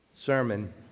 sermon